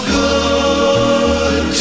good